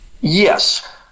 Yes